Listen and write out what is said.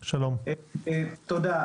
תודה.